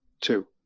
Two